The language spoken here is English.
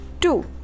Two